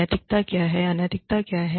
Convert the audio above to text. नैतिकता क्या है अनैतिक क्या है